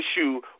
issue